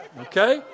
Okay